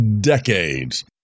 decades